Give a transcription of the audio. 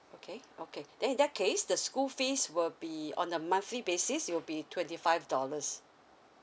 okay okay then in that case the school fees will be on the monthly basis it'll be twenty five dollars